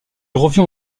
revient